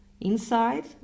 Inside